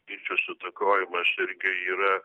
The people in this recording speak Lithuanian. skaičius įtakojamas irgi yra